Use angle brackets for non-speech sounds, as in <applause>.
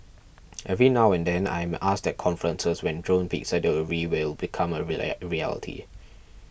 <noise> every now and then I am asked at conferences when drone pizza delivery will become a <unintelligible> reality